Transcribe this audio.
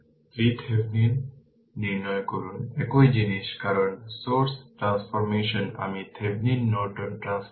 Norton সমতুল্য circuit পেতে প্রথমে কি করতে হবে তার মানে কারেন্ট সোর্স ওপেন এবং ভোল্টেজ সোর্স ছোট করা হয়েছে তার মানে এখন যদি এমন হয় তাহলে দেখা যাবে এটা খোলা